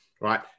right